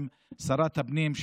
וגם שרת הפנים,